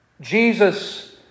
Jesus